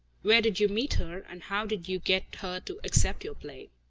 where did you meet her, and how did you get her to accept your play?